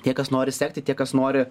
tie kas nori sekti tie kas nori